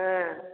हँ